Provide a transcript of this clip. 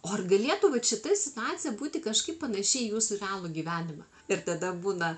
o ar galėtų vat šita situacija būti kažkaip panaši į jūsų realų gyvenimą ir tada būna